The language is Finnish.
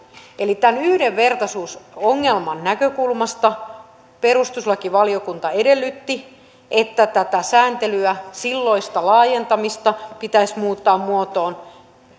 eli tämän yhdenvertaisuusongelman näkökulmasta perustuslakivaliokunta edellytti että tätä sääntelyä silloista laajentamista pitäisi muuttaa muotoon